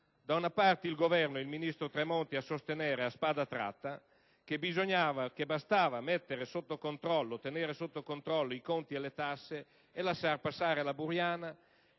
da una parte il Governo e il ministro Tremonti, a sostenere a spada tratta che bastava tenere sotto controllo i conti e le tasse e lasciare passare la buriana;